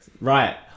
Right